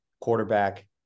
quarterback